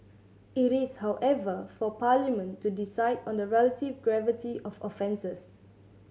it is however for Parliament to decide on the relative gravity of offences